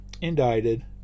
indicted